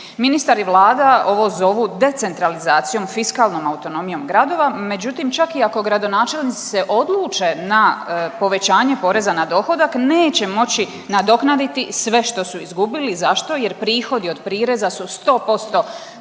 Ministar i Vlada ovo zovu decentralizacijom fiskalnom autonomijom gradova, međutim čak i ako gradonačelnici se odluče na povećanje poreza na dohodak neće moći nadoknaditi sve što su izgubili, zašto, jer prihodi od prireza su 100%